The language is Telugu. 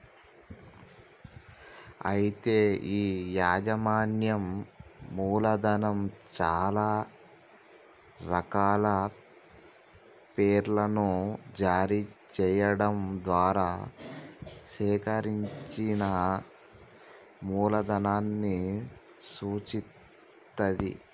అయితే ఈ యాజమాన్యం మూలధనం చాలా రకాల పేర్లను జారీ చేయడం ద్వారా సేకరించిన మూలధనాన్ని సూచిత్తది